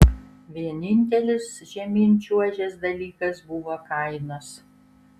vienintelis žemyn čiuožęs dalykas buvo kainos